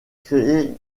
créés